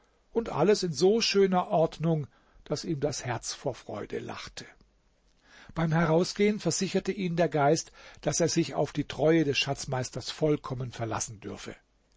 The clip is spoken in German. und alles in so schöner ordnung daß ihm das herz vor freude lachte beim herausgehen versicherte ihn der geist daß er sich auf die treue des schatzmeisters vollkommen verlassen dürfe